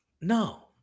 No